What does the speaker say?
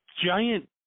giant